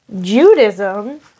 Judaism